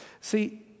See